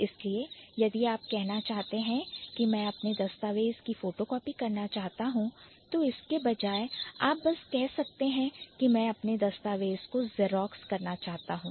इसलिए यदि आप कहना चाहते हैं कि मैं अपने दस्तावेज की फोटो कॉपी करना चाहता हूं तो इसके बजाय आप बस कह सकते हैं कि मैं अपने दस्तावेज को Xerox जेरॉक्स करना चाहता हूं